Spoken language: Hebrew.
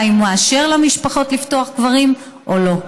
אם הוא מאשר למשפחות לפתוח קברים או לא.